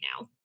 now